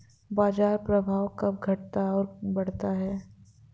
बाजार प्रभाव कब घटता और बढ़ता है?